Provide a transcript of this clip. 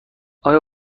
آیا